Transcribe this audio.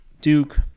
Duke